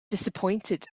disappointed